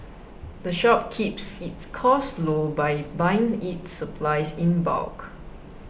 the shop keeps its costs low by buying its supplies in bulk